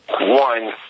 One